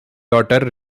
daughter